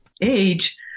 age